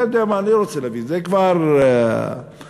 אתה יודע מה, אני לא רוצה להגיד, זה כבר נדוש,